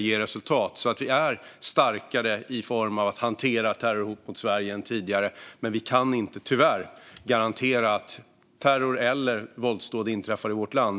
ger resultat. Vi är starkare än tidigare när det gäller att hantera terrorhot mot Sverige. Men vi kan tyvärr inte garantera att terror eller våldsdåd inte inträffar i vårt land.